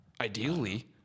ideally